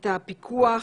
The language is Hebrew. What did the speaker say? את הפיקוח,